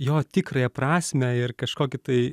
jo tikrąją prasmę ir kažkokį tai